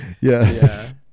Yes